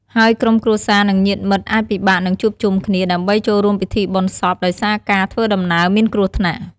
ហើយក្រុមគ្រួសារ និងញាតិមិត្តអាចពិបាកនឹងជួបជុំគ្នា ដើម្បីចូលរួមពិធីបុណ្យសពដោយសារការធ្វើដំណើរមានគ្រោះថ្នាក់។